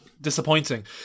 disappointing